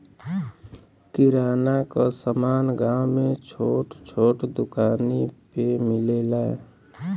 किराना क समान गांव में छोट छोट दुकानी पे मिलेला